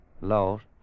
Lost